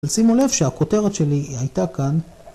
ושימו לב שהכותרת שלי הייתה כאן